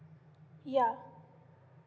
yeah